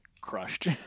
crushed